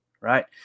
right